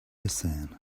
hassan